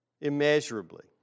immeasurably